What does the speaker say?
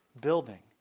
building